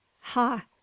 Ha